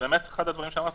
אחד הדברים שאמרתי,